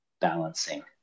balancing